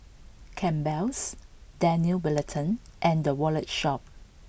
Campbell's Daniel Wellington and The Wallet Shop